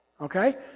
Okay